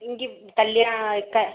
എനിക്ക് കല്യാണമൊക്കെ